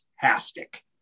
fantastic